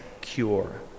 cure